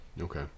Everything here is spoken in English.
Okay